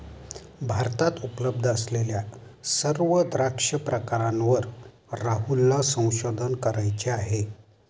भारतात उपलब्ध असलेल्या सर्व द्राक्ष प्रकारांवर राहुलला संशोधन करायचे आहे